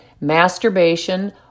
masturbation